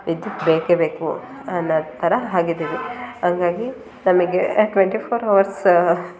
ವಿದ್ಯುತ್ ಬೇಕೇ ಬೇಕು ಅನ್ನೋ ಥರ ಆಗಿದ್ದೀವಿ ಹಂಗಾಗಿ ನಮಗೆ ಟ್ವೆಂಟಿ ಫೋರ್ ಅವರ್ಸ್